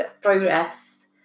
progress